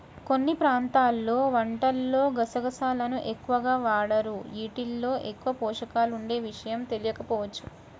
కొన్ని ప్రాంతాల్లో వంటల్లో గసగసాలను ఎక్కువగా వాడరు, యీటిల్లో ఎక్కువ పోషకాలుండే విషయం తెలియకపోవచ్చు